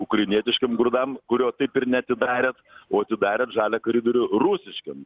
ukrainietiškiem grūdam kurio taip ir neatidarėt o atidarėt žalią koridorių rusiškiem